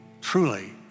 truly